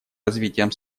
развитием